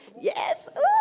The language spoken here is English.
yes